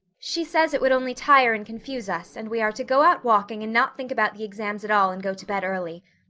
she says it would only tire and confuse us and we are to go out walking and not think about the exams at all and go to bed early.